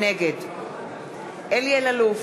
נגד אלי אלאלוף,